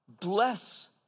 Bless